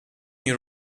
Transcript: year